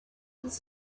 does